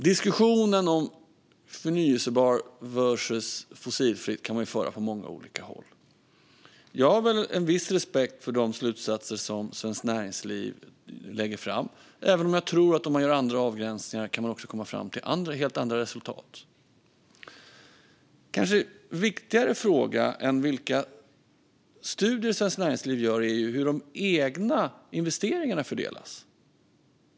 Diskussionen om förnybart versus fossilfritt kan man föra på många olika håll. Jag har en viss respekt för de slutsatser som Svenskt Näringsliv lägger fram, även om jag tror att om man gör andra avgränsningar kan man komma fram till helt andra resultat. En fråga som kanske är viktigare än vilka studier Svenskt Näringsliv gör är hur det svenska näringslivets egna investeringar fördelas.